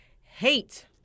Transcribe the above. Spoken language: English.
hate